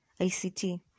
ICT